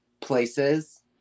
places